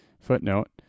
Footnote